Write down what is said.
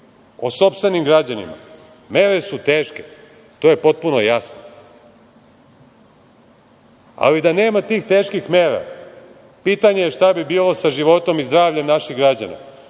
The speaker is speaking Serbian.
o sopstvenim građanima. Mere su teške, to je potpuno jasno, ali da nema tih teških mera pitanje je šta bi bilo sa životom i zdravljem naših građana.